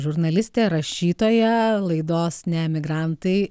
žurnalistė rašytoja laidos ne emigrantai